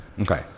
Okay